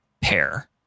pair